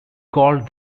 called